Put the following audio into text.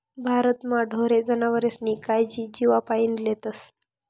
भारतमा ढोरे जनावरेस्नी कायजी जीवपाईन लेतस